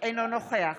אינו נוכח